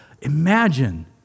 Imagine